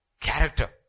character